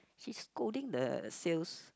she's scolding the sales